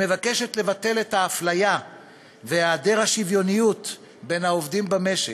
היא מבקשת לבטל את האפליה והיעדר השוויוניות בין העובדים במשק,